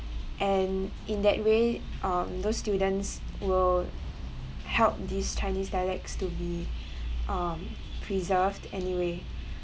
and in that way um those students will help these chinese dialects to be um preserved anyway